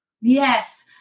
Yes